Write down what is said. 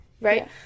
right